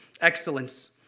Excellence